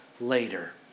later